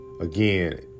Again